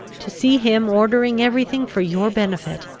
to see him ordering every thing for your benefit,